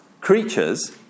creatures